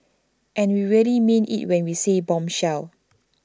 and we really mean IT when we said bombshell